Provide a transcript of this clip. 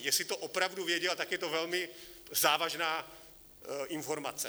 Jestli to opravdu věděl, tak je to velmi závažná informace.